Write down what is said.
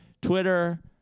Twitter